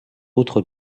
autres